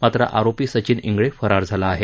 मात्र आरोपी सचिन इंगळे फरार झाला आहे